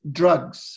drugs